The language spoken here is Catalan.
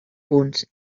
punts